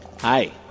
Hi